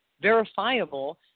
verifiable